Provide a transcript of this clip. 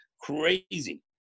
Crazy